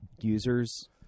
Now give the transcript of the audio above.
users